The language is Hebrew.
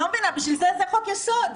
בשביל זה זה חוק יסוד.